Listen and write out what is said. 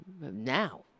now